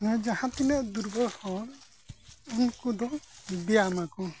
ᱢᱟᱱᱮ ᱡᱟᱦᱟᱸ ᱛᱤᱱᱟᱹᱜ ᱫᱩᱨᱵᱚᱞ ᱦᱚᱲ ᱩᱱᱠᱩ ᱫᱚ ᱵᱮᱭᱟᱢᱟᱠᱚ